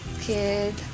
kid